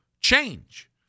change